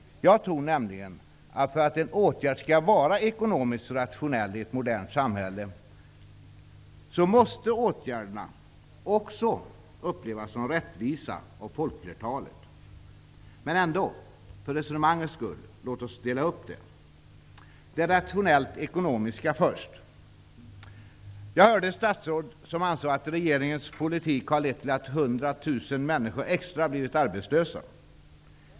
Jag tror nämligen att för att en åtgärd skall vara ekonomiskt rationell i ett modernt samhälle, måste åtgärderna också upplevas som rättvisa av folkflertalet. Men ändå, låt oss för resonemangets skull dela upp det hela. Jag tar det rationellt ekonomiska först. Jag hörde ett statsråd som ansåg att regeringens politik har lett till att ytterligare 100 000 människor har blivit arbetslösa.